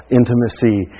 intimacy